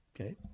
Okay